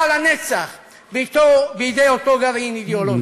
לנצח בידי אותו גרעין אידיאולוגי.